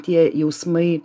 tie jausmai